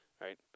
Right